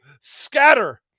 Scatter